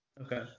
Okay